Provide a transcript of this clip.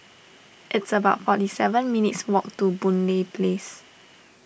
it's about forty seven minutes' walk to Boon Lay Place